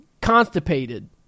constipated